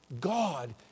God